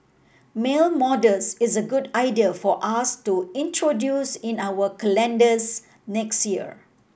male models is a good idea for us to introduce in our calendars next year